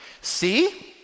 see